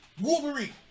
Wolverine